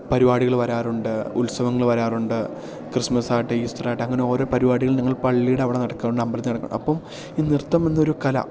പരിപാടികൾ വരാറുണ്ട് ഉത്സവങ്ങൾ വരാറുണ്ട് ക്രിസ്മസാട്ടെ ഈസ്റ്ററാവട്ടെ അങ്ങനെ ഓരോ പരിപാടികൾ ഞങ്ങൾ പള്ളിയുടെ അവിടെ നടക്കുന്നുണ്ട് അമ്പലത്തിൽ നടക്കുന്നുണ്ട് അപ്പം ഈ നൃത്തം എന്നൊരു കല